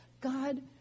God